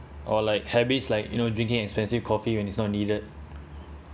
or like habits like you know drinking expensive coffee when it's not needed